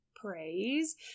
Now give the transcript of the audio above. praise